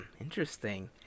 Interesting